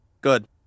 good